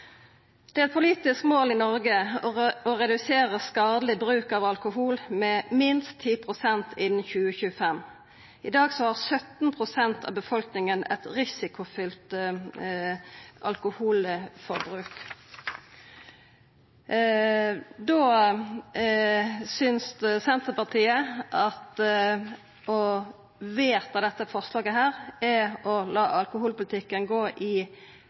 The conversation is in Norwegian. Det er eit politisk mål i Noreg å redusera skadeleg bruk av alkohol med minst 10 pst. innan 2025. I dag har 17 pst. av befolkninga eit risikofylt alkoholforbruk. Da synest Senterpartiet at å vedta dette forslaget er å la alkoholpolitikken gå i